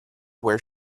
where